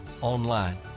online